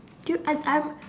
do you I'm I'm